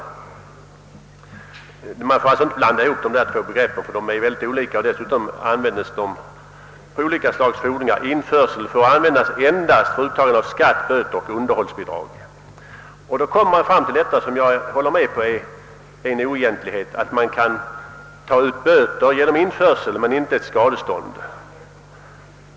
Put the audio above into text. Man får alltså inte blanda ihop dessa två begrepp. Utmätning kan tillgripas för indrivning av fordringar av alla slag. Införsel däremot får användas endast för uttagande av skatt, böter och underhållsbidrag. Jag håller med om att det är en oegentlighet att man kan ta ut böter genom införsel men inte ett skadestånd.